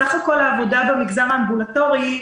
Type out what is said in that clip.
בסך הכול העבודה במגזר האמבולטורי,